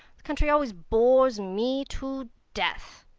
the country always bores me to death.